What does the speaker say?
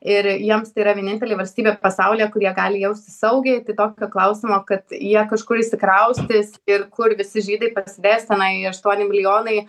ir jiems tai yra vienintelė valstybė pasaulyje kur jie gali jaustis saugiai tai tokio klausimo kad jie kažkur išsikraustys ir kur visi žydai pasidės tenai aštuoni milijonai